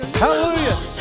Hallelujah